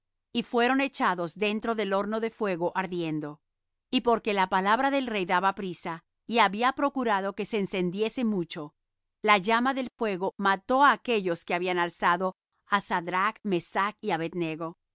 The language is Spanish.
y fueron echados dentro del horno de fuego ardiendo y porque la palabra del rey daba priesa y había procurado que se encendiese mucho la llama del fuego mató á aquellos que habían alzado á sadrach mesach y abed nego